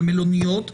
על מלוניות,